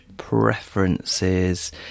preferences